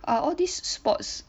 are all these sports